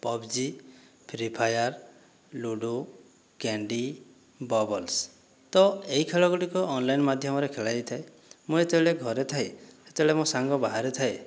PUBG Free Fire Ludo Candy Bubbles ତ ଏହି ଖେଳଗୁଡ଼ିକ ଅନଲାଇନ୍ ମାଧ୍ୟମରେ ଖେଳାଯାଇଥାଏ ମୁଁ ଯେତେବେଳେ ଘରେ ଥାଏ ଯେତେବେଳେ ମୋ' ସାଙ୍ଗ ବାହାରେ ଥାଏ